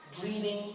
bleeding